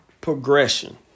progression